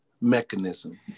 mechanism